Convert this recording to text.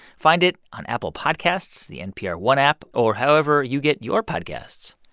find it on apple podcasts, the npr one app or however you get your podcasts